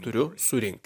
turiu surinkti